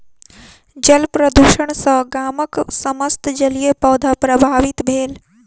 जल प्रदुषण सॅ गामक समस्त जलीय पौधा प्रभावित भेल